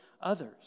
others